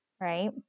right